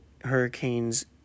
Hurricanes